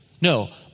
No